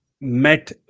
met